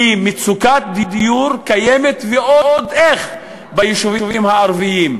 כי מצוקת דיור קיימת ועוד איך ביישובים הערביים.